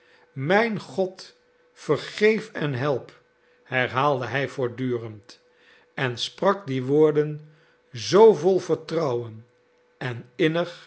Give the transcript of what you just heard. mijn god vergeef en help herhaalde hij voortdurend en sprak die woorden zoo vol vertrouwen en innig